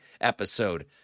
episode